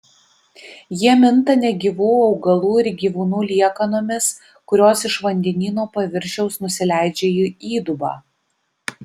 jie minta negyvų augalų ir gyvūnų liekanomis kurios iš vandenyno paviršiaus nusileidžia į įdubą